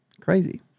Crazy